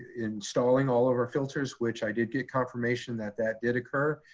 installing all of our filters, which i did get confirmation that that did occur.